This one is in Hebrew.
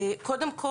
קודם כל,